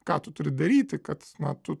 ką tu turi daryti kad na tu